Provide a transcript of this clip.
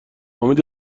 امید